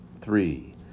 three